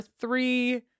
three